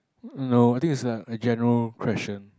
no I think it's a a general question